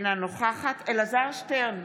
אינה נוכחת אלעזר שטרן,